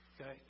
Okay